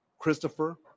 Christopher